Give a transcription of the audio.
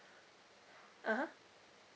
(uh huh)